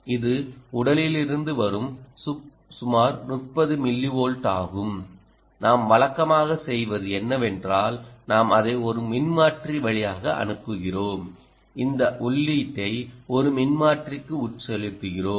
இது உடலில் இருந்து வரும் சுமார் 30 மில்லி வோல்ட் ஆகும் நாம் வழக்கமாக செய்வது என்னவென்றால் நாம் அதை ஒரு மின்மாற்றி வழியாக அனுப்புகிறோம் இந்த உள்ளீட்டை ஒரு மின்மாற்றிக்கு உட்செலுத்துகிறோம்